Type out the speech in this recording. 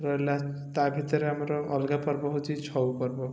ରହିଲା ତା' ଭିତରେ ଆମର ଅଲଗା ପର୍ବ ହେଉଛି ଛଉ ପର୍ବ